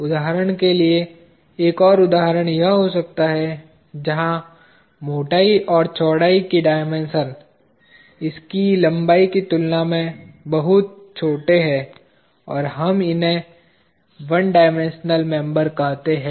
उदाहरण के लिए एक और उदाहरण यह हो सकता है जहां मोटाई और चौड़ाई की डायमेंशन इसकी लंबाई की तुलना में बहुत छोटे हैं और हम इन्हें 1 डायमेंशनल मेंबर कहते हैं